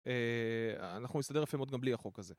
אנחנו נסתדר יפה מאוד גם בלי החוק הזה